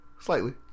Slightly